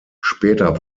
später